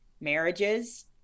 marriages